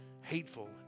hateful